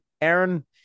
Aaron